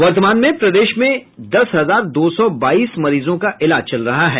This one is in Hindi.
वर्तमान में प्रदेश में दस हजार दो सौ बाईस मरीजों का इलाज चल रहा है